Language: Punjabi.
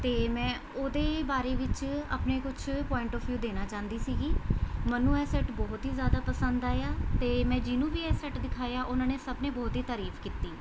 ਅਤੇ ਮੈਂ ਉਹਦੇ ਬਾਰੇ ਵਿੱਚ ਆਪਣੇ ਕੁਝ ਪੁਆਇੰਟ ਆਫ ਵਿਊ ਦੇਣਾ ਚਾਹੁੰਦੀ ਸੀਗੀ ਮੈਨੂੰ ਇਹ ਸੈੱਟ ਬਹੁਤ ਹੀ ਜ਼ਿਆਦਾ ਪਸੰਦ ਆਇਆ ਅਤੇ ਮੈਂ ਜਿਹਨੂੰ ਵੀ ਇਹ ਸੈੱਟ ਦਿਖਾਇਆ ਉਹਨਾਂ ਨੇ ਸਭ ਨੇ ਬਹੁਤ ਹੀ ਤਾਰੀਫ਼ ਕੀਤੀ